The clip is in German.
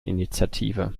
initiative